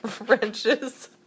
wrenches